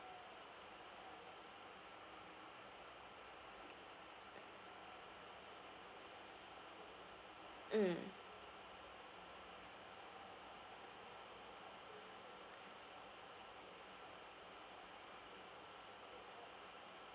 mm